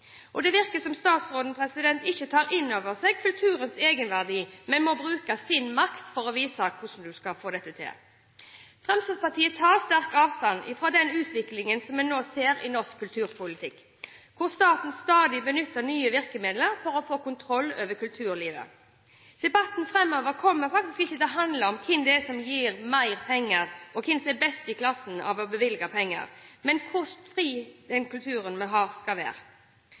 Det virker som om statsråden ikke tar inn over seg kulturens egenverdi, men må bruke sin makt for å vise hvordan man skal få dette til. Fremskrittspartiet tar sterk avstand fra den utviklingen vi nå ser i norsk kulturpolitikk, hvor staten benytter stadig nye virkemidler for å få kontroll over kulturlivet. Debatten framover kommer faktisk ikke til å handle om hvem det er som gir mer penger, og hvem som er best i klassen til å bevilge penger, men om hvor fri den kulturen vi har, skal være.